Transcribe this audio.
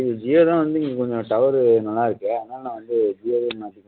ஜியோ தான் வந்து இங்கே கொஞ்சம் டவரு நல்லா இருக்குது அதனால் நான் வந்து ஜியோவே மாற்றிக்கலானு